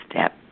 step